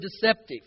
deceptive